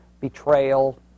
betrayal